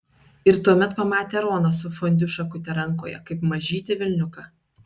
ir tuomet pamatė roną su fondiu šakute rankoje kaip mažytį velniuką